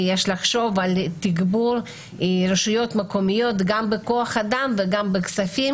יש לחשוב על תגבור רשויות מקומיות גם בכוח-אדם וגם בכספים,